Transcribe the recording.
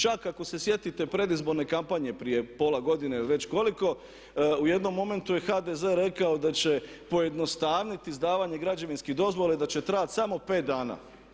Čak ako se sjetite predizborne kampanje prije pola godine ili već koliko u jednom momentu je HDZ rekao da će pojednostaviti izdavanja građevinskih dozvola i da će trajati samo 5 dana.